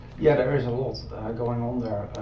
yeah, there is a lot going on there.